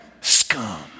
scum